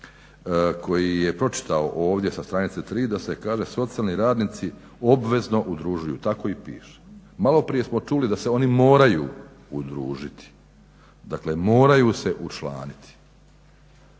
koji je pročitao ovdje sa stranice 3 da se kaže: "Socijalni radnici obvezno udružuju.", tako i piše. Maloprije smo čuli da se oni moraju udružiti, dakle moraju se učlaniti.